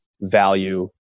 value